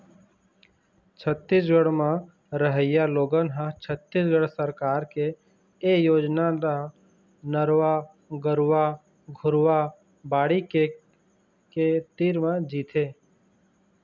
छत्तीसगढ़ म रहइया लोगन ह छत्तीसगढ़ सरकार के ए योजना ल नरूवा, गरूवा, घुरूवा, बाड़ी के के तीर म जीथे